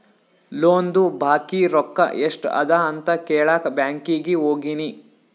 ಲೋನ್ದು ಬಾಕಿ ರೊಕ್ಕಾ ಎಸ್ಟ್ ಅದ ಅಂತ ಕೆಳಾಕ್ ಬ್ಯಾಂಕೀಗಿ ಹೋಗಿನಿ